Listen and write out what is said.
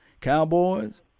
Cowboys